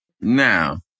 Now